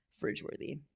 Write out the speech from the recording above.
fridge-worthy